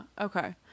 okay